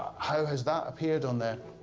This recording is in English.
how has that appeared on there?